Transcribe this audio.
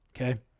okay